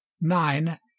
nine